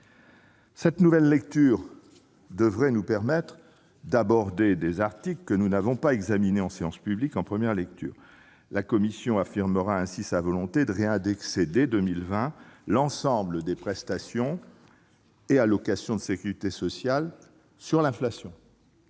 Cette nouvelle lecture devrait nous permettre d'aborder des articles que nous n'avons pas examinés en séance publique en première lecture. La commission affirmera ainsi sa volonté de réindexer, dès 2020, l'ensemble des prestations et allocations de sécurité sociale sur l'inflation,